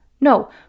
No